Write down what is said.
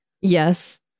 Yes